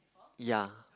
ya